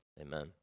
amen